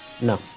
No